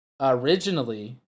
originally